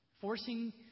forcing